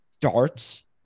darts